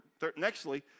Nextly